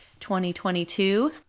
2022